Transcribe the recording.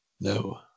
No